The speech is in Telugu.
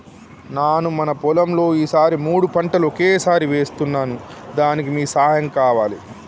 నాను మన పొలంలో ఈ సారి మూడు పంటలు ఒకేసారి వేస్తున్నాను దానికి మీ సహాయం కావాలి